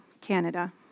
Canada